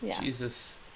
Jesus